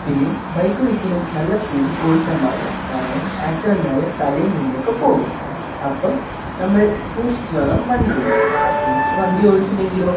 പിന്നെ ബൈക്കൊരിക്കലും നല്ല സ്പീഡിൽ ഓടിക്കാൻ പാടില്ല കാരണം ആക്സിഡൻറ്റായ തലയും കുണ്ടിയൊക്കെ പോകും അപ്പം നമ്മൾ സൂക്ഷിച്ച് വേണം വണ്ടി ഓടിക്കാൻ സൂക്ഷിച്ച് വണ്ടി ഓടിച്ചില്ലെങ്കിലോ